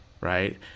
right